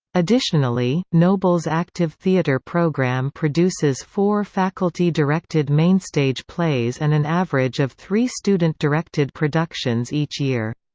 additionally, nobles' active theatre program produces four faculty-directed mainstage plays and an average of three student-directed productions each year.